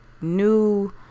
new